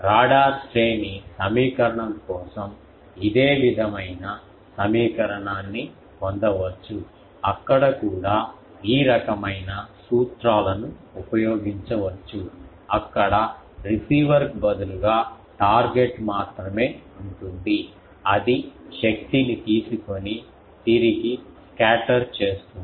radar శ్రేణి సమీకరణం కోసం ఇదే విధమైన సమీకరణాన్ని పొందవచ్చు అక్కడ కూడా ఈ రకమైన సూత్రాలను ఉపయోగించవచ్చు అక్కడ రిసీవర్కు బదులుగా టార్గెట్ మాత్రమే ఉంటుంది అది శక్తిని తీసుకొని తిరిగి స్కేటర్ చేస్తుంది